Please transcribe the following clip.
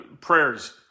Prayers